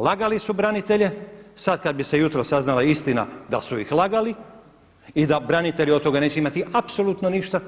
Lagali su branitelje, sad kad bi se jutros saznala istina da su ih lagali i da branitelji od toga neće imati apsolutno ništa